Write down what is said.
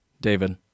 David